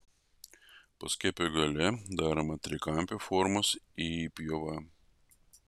poskiepio gale daroma trikampio formos įpjova